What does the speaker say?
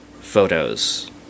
photos